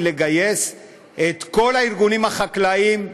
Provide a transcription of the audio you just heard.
לגייס את כל הארגונים החקלאיים יחד,